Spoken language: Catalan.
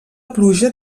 pluja